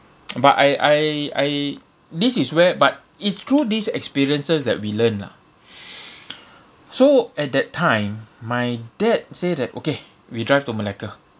but I I I this is where but is through these experiences that we learn lah so at that time my dad say that okay we drive to malacca